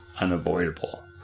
unavoidable